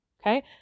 Okay